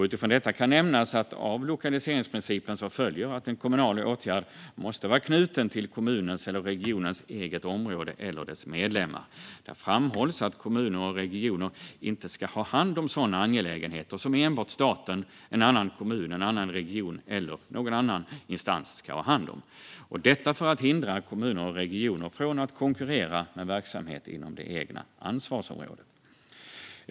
Utifrån detta kan nämnas att det av lokaliseringsprincipen följer att en kommunal åtgärd måste vara knuten till kommunens eller regionens eget område eller dess medlemmar. Där framhålls att kommuner och regioner inte ska ha hand om sådana angelägenheter som enbart staten, en annan kommun, en annan region eller någon annan instans ska ha hand om. Detta är för hindra kommuner och regioner från att konkurrera med verksamhet inom det egna ansvarsområdet.